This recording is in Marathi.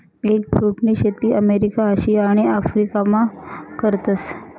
एगफ्रुटनी शेती अमेरिका, आशिया आणि आफरीकामा करतस